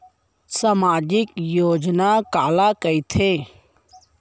सामाजिक योजना काला कहिथे?